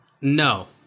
No